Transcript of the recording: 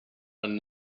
and